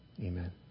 Amen